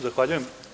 Zahvaljujem.